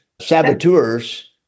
saboteurs